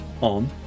on